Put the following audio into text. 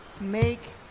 Make